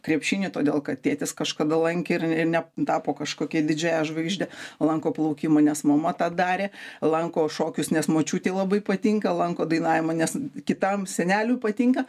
krepšinį todėl kad tėtis kažkada lankė ir ir netapo kažkokia didžiąją žvaigžde lanko plaukimą nes mama tą darė lanko šokius nes močiutei labai patinka lanko dainavimą nes kitam seneliui patinka